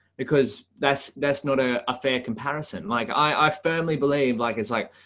because that's that's not ah a fair comparison. like i i firmly believe like, it's like